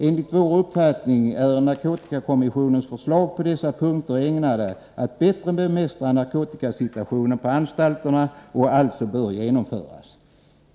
Enligt vår uppfattning är narkotikakommissionens förslag på dessa punkter ägnade att bättre bemästra narkotikasituationen på anstalterna och bör alltså genomföras.